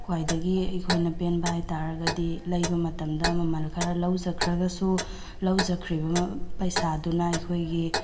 ꯈ꯭ꯋꯥꯏꯗꯒꯤ ꯑꯩꯈꯣꯏꯅ ꯄꯦꯟꯕ ꯍꯥꯏꯕ ꯇꯥꯔꯒꯗꯤ ꯂꯩꯕ ꯃꯇꯝꯗ ꯃꯃꯜ ꯈꯔ ꯂꯧꯖꯈ꯭ꯔꯒꯁꯨ ꯂꯧꯖꯈ꯭ꯔꯤꯕ ꯄꯩꯁꯥꯗꯨꯅ ꯑꯩꯈꯣꯏꯒꯤ